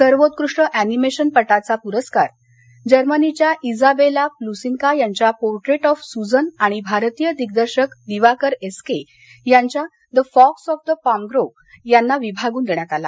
सर्वोत्कृष्ट अॅनिमेशनपटाचा प्रस्कार जर्मनीच्या इजाबेला प्लूसिन्स्का यांच्या पोटेंट ऑफ सुझन आणि भारतीय दिग्दर्शक दिवाकर एस के यांच्या the fox of the palm grove यांना विभागून देण्यात आला